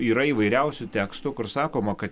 yra įvairiausių tekstų kur sakoma kad